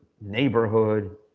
neighborhood